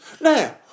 Now